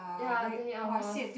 ya twenty hours